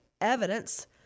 evidence